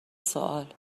سوال